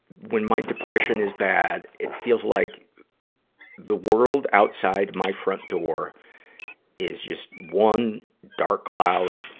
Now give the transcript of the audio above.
when my depression is bad, it feels like the world outside my front door is just one, dark, loud,